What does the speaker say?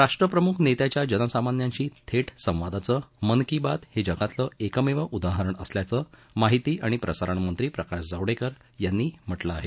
राष्ट्रप्रमुख नेत्याच्या जनसामान्यांशी थेट संवादाचं मन की बात हे जगातलं एकमेव उदाहरण असल्याचं माहिती आणि प्रसारण मंत्री प्रकाश जावडेकर यांनी म्हटलं आहे